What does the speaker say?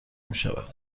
میشود